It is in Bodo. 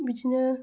बिदिनो